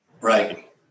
Right